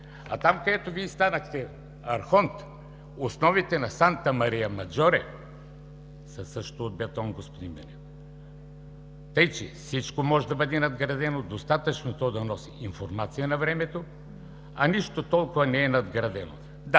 А там, където Вие станахте архонт – основите на „Санта Мария Маджоре” са също от бетон, господин Бинев. Така че, всичко може да бъде надградено, достатъчно е то да носи информация на времето, а нищо толкова не е надградено. Да,